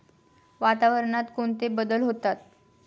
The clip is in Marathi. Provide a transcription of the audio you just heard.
वातावरणात कोणते बदल होतात?